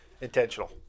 intentional